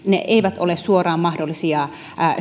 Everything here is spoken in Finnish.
eivät ole suoraan mahdollisia